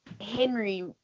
Henry